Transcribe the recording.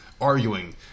arguing